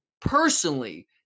personally